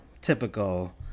typical